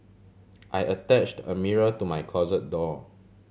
I attached a mirror to my closet door